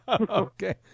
Okay